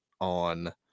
on